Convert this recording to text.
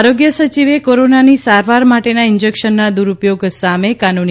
આરોગ્ય સચિવ કોરોનાની સારવાર માટેનાં ઇંજકેશનના દુરપયોગ સામે કાનૂની